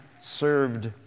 served